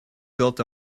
built